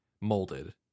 molded